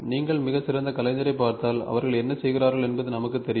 நீங்கள் மிகச் சிறந்த கலைஞரைப் பார்த்தால் அவர்கள் என்ன செய்கிறார்கள் என்பது நமக்கு தெரியும்